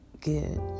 good